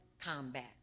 combat